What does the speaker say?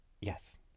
Yes